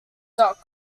dot